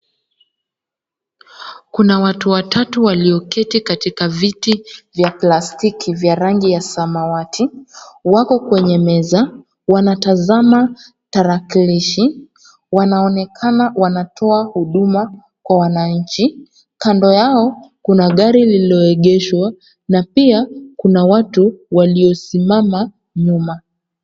Kuna watu watatu walioketi katika viti vya plastiki vya rangi ya samawati, wako kwenye meza, wanatazama tarakilishi, wanaonekana wanatoa huduma kwa wananchi, kando yao, kuna gari lililoegeshwa na pia kuna watu waliosimama nyuma.